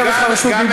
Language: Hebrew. תכף יש לך רשות דיבור,